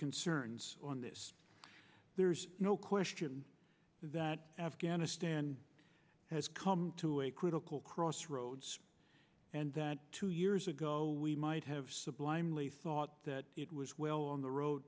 concerns on this there's no question that afghanistan has come to a critical crossroads and that two years ago we might have sublimely thought that it was well on the road